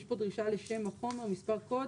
יש פה דרישה לשם החומר, מספר קוד,